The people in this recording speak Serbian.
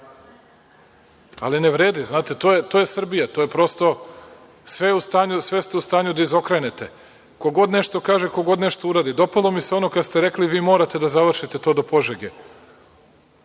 ali ne vredi. Znate, to je Srbija, to je prosto, sve ste u stanju da izokrenete, ko kog nešto kaže, ko god nešto uradi. Dopalo mi se ono kad ste rekli - vi morate da završite to do Požege.